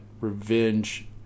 revenge